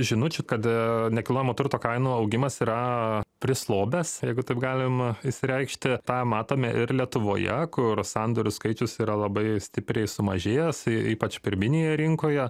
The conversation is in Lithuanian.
žinučių kad nekilnojamo turto kainų augimas yra prislobęs jeigu taip galim išsireikšti tą matome ir lietuvoje kur sandorių skaičius yra labai stipriai sumažėjęs ypač pirminėje rinkoje